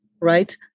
right